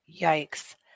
Yikes